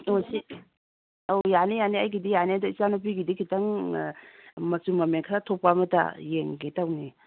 ꯑꯣ ꯁꯤ ꯑꯧ ꯌꯥꯅꯤ ꯌꯥꯅꯤ ꯑꯩꯒꯤꯗꯤ ꯌꯥꯅꯤ ꯑꯗ ꯏꯆꯥ ꯅꯨꯄꯤꯒꯤꯗꯤ ꯈꯤꯇꯪ ꯃꯆꯨ ꯃꯃꯦꯟ ꯈꯔ ꯊꯣꯛꯄ ꯑꯃꯠꯇ ꯌꯦꯡꯒꯦ ꯇꯧꯅꯦ